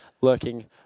lurking